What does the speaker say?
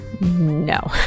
No